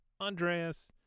Andreas